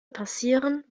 passieren